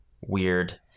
weird